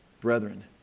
brethren